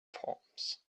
palms